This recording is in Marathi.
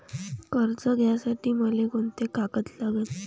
कर्ज घ्यासाठी मले कोंते कागद लागन?